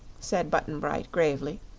said button-bright, gravely.